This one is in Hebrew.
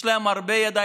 יש להם הרבה ידע,